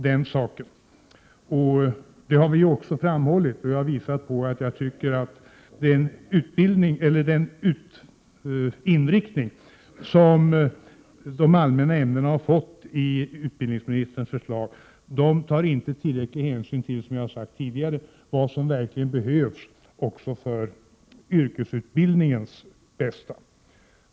Det råder inga som helst delade meningar om den saken. Jag har tidigare sagt att jag tycker att man med den inriktning som de allmänna ämnena fått i utbildningsministerns förslag inte har tagit tillräcklig hänsyn till vad som verkligen behövs också för yrkesutbildningens bästa.